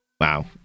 wow